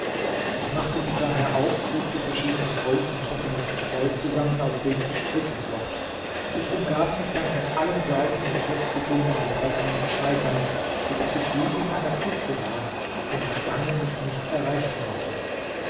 ich machte mich daher auf suchte verschiedenes holz und trockenes gesträuch zusammen aus dem ich stricke flocht ich umgab mich dann von allen seiten mit festgebundenen brettern und scheitern so daß ich wie in einer kiste lag und die schlange mich nicht erreichen konnte